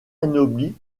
anobli